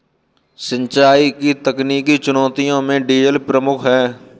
सिंचाई की तकनीकी चुनौतियों में डीजल प्रमुख है